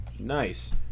Nice